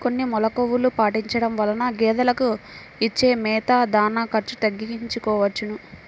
కొన్ని మెలుకువలు పాటించడం వలన గేదెలకు ఇచ్చే మేత, దాణా ఖర్చు తగ్గించుకోవచ్చును